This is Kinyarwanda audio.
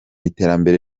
iterambere